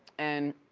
and,